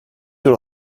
tür